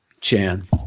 Chan